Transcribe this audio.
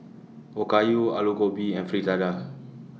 Okayu Alu Gobi and Fritada